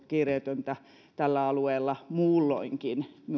kiireetöntä leikkaushoitoa tällä alueella muulloinkin